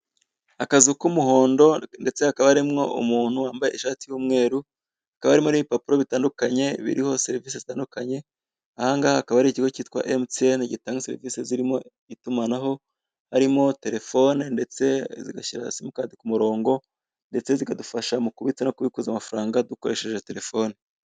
Akazu k'umuhondo ndetse hakaba harimwo umuntu wambaye ishati y'umweru, hakaba harimo n'ibipapuro bitandukanye biriho serivisi zitandukanye, ahangaha akaba ari ikigo cyitwa Emutiyene gitanga serivisi zirimo itumanaho harimo telefone ndetse zigashyira simukadi ku murongo, ndetse zikadufasha mu kubitsa no kubikuza amafaranga dukoresheje telefoni.